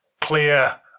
clear